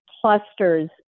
clusters